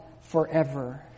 forever